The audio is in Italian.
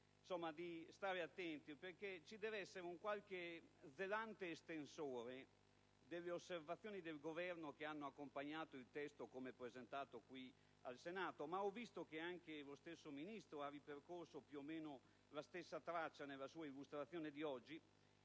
a stare attento, perché deve esserci qualche zelante estensore delle osservazioni del Governo che hanno accompagnato il testo come presentato qui in Senato, anche se poi ho notato che lo stesso Ministro ha ripercorso più o meno la stessa traccia nella sua illustrazione di oggi.